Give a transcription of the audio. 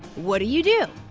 what do you do?